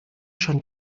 schon